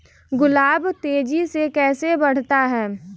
गुलाब तेजी से कैसे बढ़ता है?